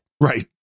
Right